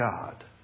God